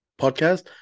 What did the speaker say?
Podcast